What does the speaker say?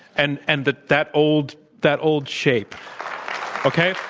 and and that, that old that old shape okay?